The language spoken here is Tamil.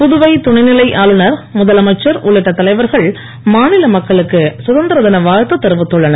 புதுவை துணைநிலை ஆளுனர் முதலமைச்சர் உள்ளிட்ட தலைவர்கள் மாநில மக்களுக்கு சுதந்திரதின வாழ்த்து தெரிவித்துள்ளனர்